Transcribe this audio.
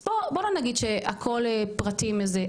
אז בואי לא נגיד שהכול פרטי וזה.